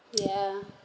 ya